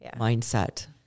mindset